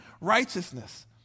righteousness